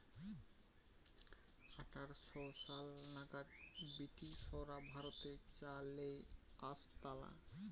আঠার শ সাল নাগাদ ব্রিটিশরা ভারতে চা লেই আসতালা